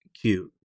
cute